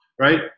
right